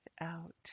out